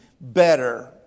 better